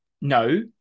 no